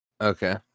Okay